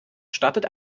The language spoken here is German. startet